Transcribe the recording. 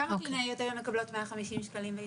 כמה קלינאיות היום מקבלות 150 שקלים?